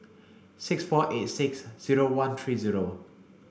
six four eight six zero one three zero